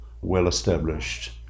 well-established